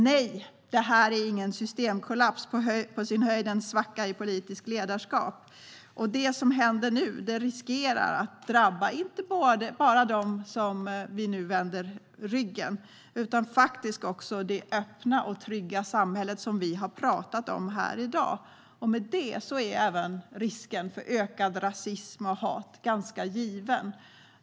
Nej, detta är ingen systemkollaps. Det är på sin höjd en svacka i politiskt ledarskap. Det som händer nu riskerar att drabba inte bara dem som vi nu vänder ryggen utan faktiskt också det öppna och trygga samhälle som vi har talat om här i dag. Med det är även risken för ökad rasism och ökat hat ganska given.